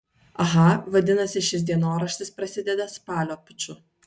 aha vadinasi šis dienoraštis prasideda spalio puču